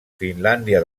finlàndia